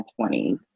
20s